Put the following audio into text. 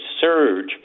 surge